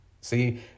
See